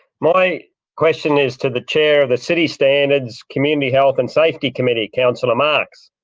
my question is to the chair of the city standards, community health and safety committee, councillor marx.